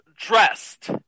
Dressed